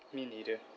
me neither